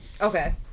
Okay